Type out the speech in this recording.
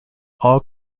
all